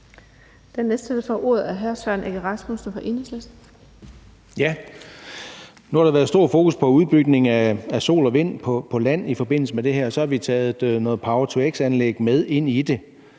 Enhedslisten. Kl. 19:52 Søren Egge Rasmussen (EL): Nu har der været stor fokus på udbygningen af sol og vind på land i forbindelse med det her område, og så har vi taget noget power-to-x-anlæg med ind i det.